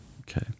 Okay